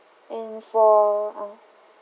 and for ah